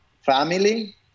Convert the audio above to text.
family